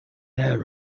air